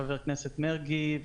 חבר הכנסת מרגי,